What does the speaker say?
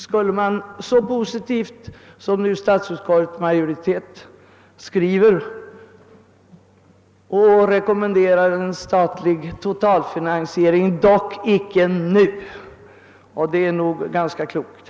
Statsutskottets majoritet rekommenderar en statlig totalfinansiering »dock icke nu«, och det är nog ganska klokt.